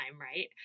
Right